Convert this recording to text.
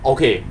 okay